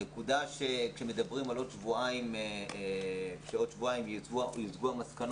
הנקודה היא שמדברים על זה שעוד שבועיים יוצבו המסקנות.